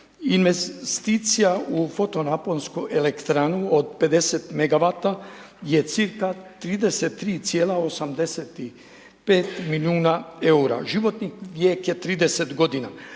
investicija u fotonaponsku elektranu od 50 megawata je cirka 33,85 milijuna eura, životni vijek je 30 g.